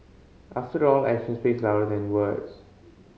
after all actions speak louder than words